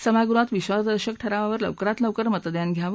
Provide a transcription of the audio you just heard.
सभागृहात विधासदर्शक ठरावावर लवकरात लवकर मतदान घ्यावं